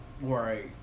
Right